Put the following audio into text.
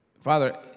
father